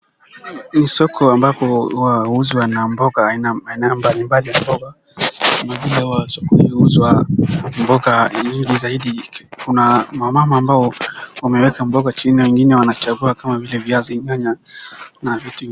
Ni soko ambapo wauzi wana mboga aina mbalimbali ya mboga. Kuna vile wanauza mboga mingi zaidi kuna wamama ambao wameeka mboga chini wengine wanachagua kama vile viazi, nyanya, na vitu ingine.